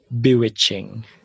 bewitching